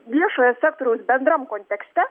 viešojo sektoriaus bendram kontekste